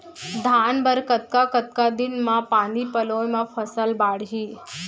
धान बर कतका कतका दिन म पानी पलोय म फसल बाड़ही?